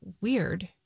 weird